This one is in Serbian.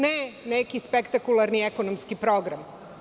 Ne, neki spektakularni ekonomski program.